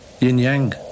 Yin-yang